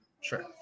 Sure